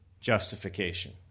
justification